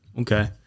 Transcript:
Okay